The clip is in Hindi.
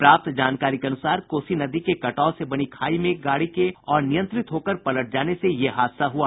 प्राप्त जानकारी के अनुसार कोसी नदी के कटाव से बनी खाई में गाड़ी के अनियंत्रित होकर पलट जाने से यह हादसा हुआ